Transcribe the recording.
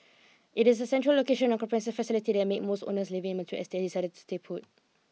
it is the central location and comprehensive facilities that make most owners living in mature estates decide to stay put